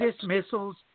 dismissals